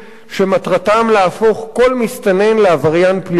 שמטרתם להפוך כל מסתנן לעבריין פלילי,